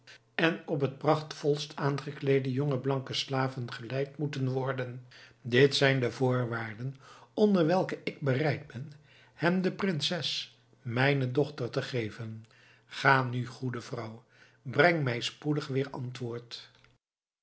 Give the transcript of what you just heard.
en op t prachtvolst aangekleede jonge blanke slaven geleid moeten worden dit zijn de voorwaarden onder welke ik bereid ben hem de prinses mijne dochter te geven ga nu goede vrouw breng mij spoedig weer antwoord